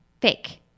Fake